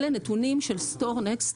אלה נתונים של סטורנקסט,